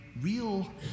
real